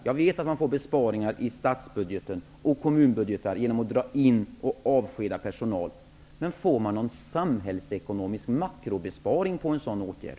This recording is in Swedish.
Jag vet att man får besparingar i statsbudgeten och kommunbudgetar genom att dra in och avskeda personal. Men får man någon samhällsekonomisk makrobesparing med en sådan åtgärd?